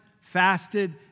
fasted